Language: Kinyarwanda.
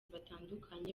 batandukanye